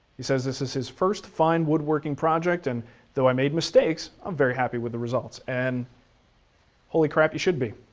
he says, this is his first fine woodworking project and though i made mistakes um very happy with the results. and holy crap you should be.